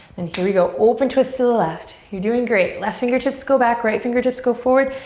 and here we go, open twist to the left. you're doing great. left fingertips go back, right fingertips go forward.